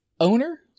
Owner